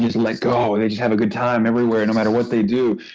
just let go, they just have a good time, everywhere no matter what they do.